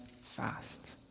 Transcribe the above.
fast